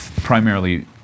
primarily